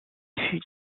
fut